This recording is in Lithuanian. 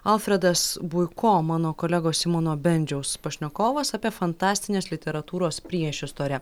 alfredas buiko mano kolegos simono bendžiaus pašnekovas apie fantastinės literatūros priešistorę